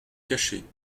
cacher